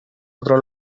otro